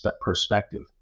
perspective